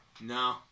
No